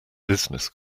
business